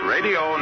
Radio